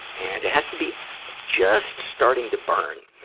and it has to be just starting to burn.